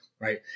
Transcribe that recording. right